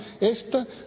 Esta